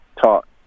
talk